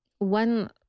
One